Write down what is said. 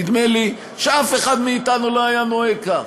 נדמה לי שאף אחד מאתנו לא היה נוהג כך.